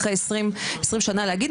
אחרי עשרים שנה להגיד,